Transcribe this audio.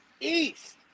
East